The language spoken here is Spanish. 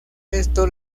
esto